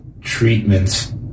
treatments